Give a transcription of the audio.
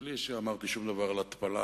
ומבלי שאמרתי שום דבר על התפלה,